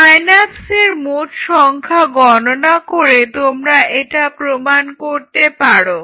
সাইন্যাপসের মোট সংখ্যা গণনা করে তোমরা এটা প্রমাণ করতে পারো